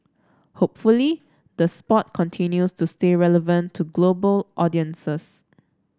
hopefully the sport continues to stay relevant to global audiences